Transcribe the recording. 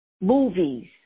movies